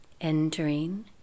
entering